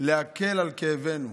להקל על כאבנו.